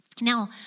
Now